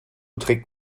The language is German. trägt